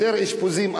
יותר אשפוזים,